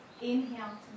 Inhale